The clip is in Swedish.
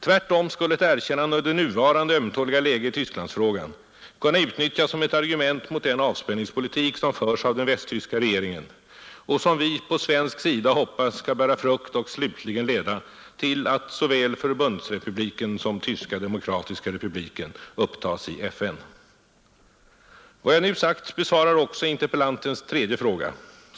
Tvärtom skulle ett erkännande i nuvarande ömtåliga läge i Tysklandsfrågan kunna utnyttjas som ett argument mot den avspänningspolitik, som förs av den västtyska regeringen och som vi på svensk sida hoppas skall bära frukt och slutligen leda till att såväl Förbundsrepubliken som Tyska demokratiska republiken upptas i FN. Vad jag nu sagt besvarar också interpellantens tredje fråga.